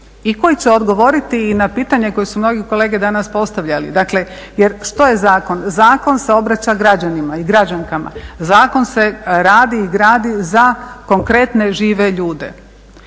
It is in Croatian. i koji će odgovoriti na pitanje koji su mnogi kolege danas postavljali. Što je zakon? zakon se obraća građanima i građankama, zakon se radi i gradi za konkretne žive ljude.